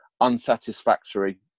unsatisfactory